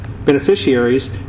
Beneficiaries